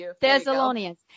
Thessalonians